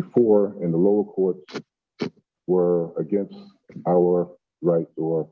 before in the lower courts were against our rights or